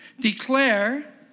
declare